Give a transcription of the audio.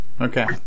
Okay